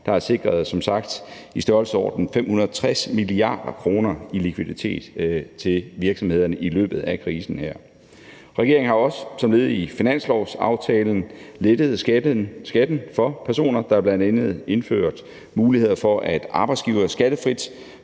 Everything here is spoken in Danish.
som sagt sikret i størrelsesordenen 560 mia. kr. i likviditet til virksomhederne i løbet af krisen her. Regeringen har også som led i finanslovsaftalen lettet skatten for personer. Der er bl.a. indført mulighed for, at arbejdsgivere skattefrit